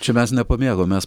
čia mes nepamėgom mes